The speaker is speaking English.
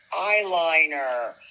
eyeliner